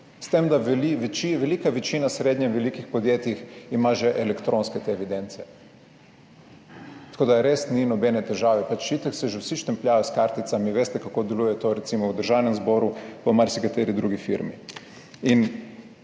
v večini, velika večina srednje velikih podjetij ima že elektronske te evidence. Tako da res ni nobene težave. Pač itak se že vsi štempljajo s karticami, veste kako deluje to recimo v Državnem zboru, pa v marsikateri drugi firmi.